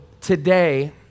today